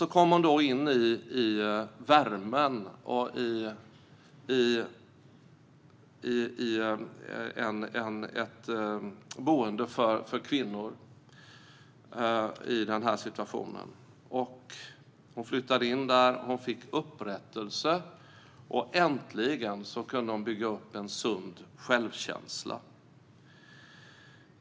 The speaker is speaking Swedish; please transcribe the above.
Sedan kom hon in i värmen och flyttade till ett boende för kvinnor i samma situation. Hon flyttade in där, fick upprättelse och äntligen kunde hon bygga upp en sund självkänsla.